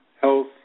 health